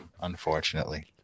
Unfortunately